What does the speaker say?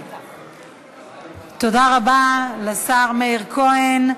תודה רבה לשר מאיר כהן,